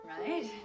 right